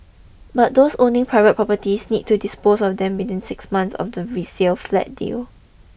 but those owning private properties need to dispose on them within six months of the resale flat deal